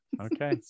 Okay